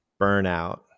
burnout